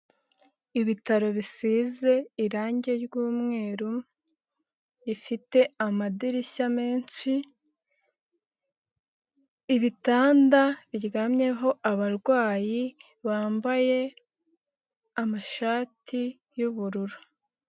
Ibitaro bisize irangi ry'umweru rifite amadirishya menshi, ibitanda biryamyeho abarwayi bambaye amashati y'ubururu.